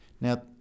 Now